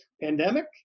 pandemic